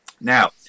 Now